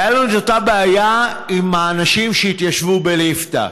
הייתה לנו את אותה בעיה עם האנשים שהתיישבו בליפתא.